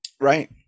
right